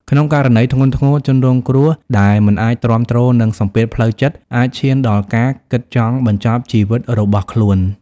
ក្នុងករណីធ្ងន់ធ្ងរ ជនរងគ្រោះដែលមិនអាចទ្រាំទ្រនឹង សម្ពាធផ្លូវចិត្ត អាចឈានដល់ការ គិតចង់បញ្ចប់ជីវិតរបស់ខ្លួន។